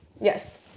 yes